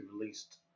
released